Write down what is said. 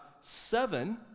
seven